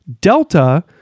Delta